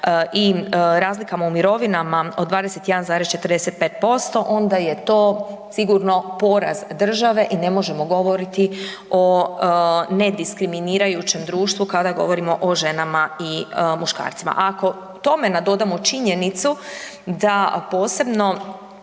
i razlikama u mirovinama od 21,45%, onda je to sigurno poraz države i ne možemo govoriti o nediskriminirajućem društvu kada govorimo o ženama i muškarcima. Ako tome nadodamo činjenicu da posebno